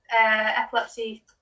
epilepsy